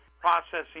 processing